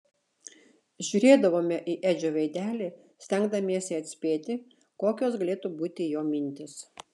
žiūrėdavome į edžio veidelį stengdamiesi atspėti kokios galėtų būti jo mintys